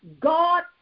God